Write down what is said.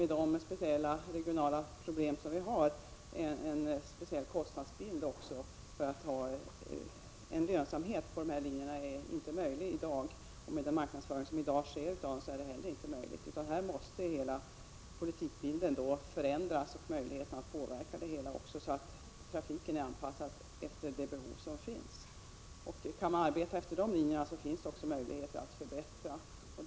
De speciella regionala problem som vi har innebär nämligen också en speciell kostnadsbild. Att få lönsamhet på dessa linjer är inte möjligt i dag med den nuvarande marknadsföringen. Här måste hela politikbilden förändras så att trafiken anpassas efter de behov som finns. Om man kan arbeta efter de linjerna finns det möjligheter till förbättringar.